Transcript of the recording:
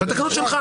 בתקנות שלך